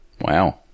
Wow